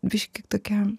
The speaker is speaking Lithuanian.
biškį tokia